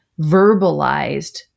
verbalized